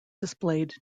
displayed